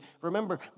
remember